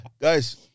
Guys